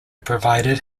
provided